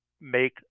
make